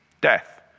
death